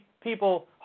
people